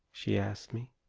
she asts me,